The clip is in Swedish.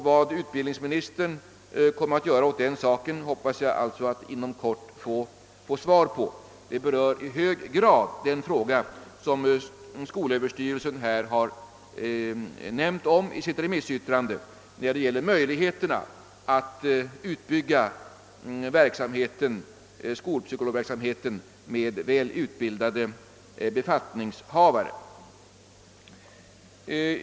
Vad utbildningsministern kommer att göra åt den saken hoppas jag alltså få besked om inom kort. Det berör i hög grad den fråga skol Överstyrelsen har tagit upp i sitt remissyttrande, nämligen möjligheterna att bygga ut skolpsykologverksamheten med välutbildade befattningshavare.